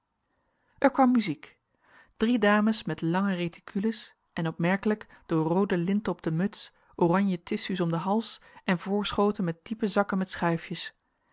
er kwam muziek drie dames met lange reticules en opmerkelijk door roode linten op de muts oranje tissu's om den hals en voorschooten met diepe zakken met schuifjes